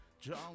John